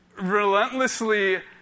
relentlessly